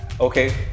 Okay